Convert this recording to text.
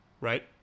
Right